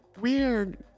weird